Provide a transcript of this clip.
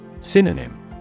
Synonym